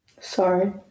Sorry